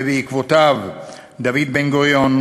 ובעקבותיו דוד בן-גוריון,